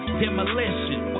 demolition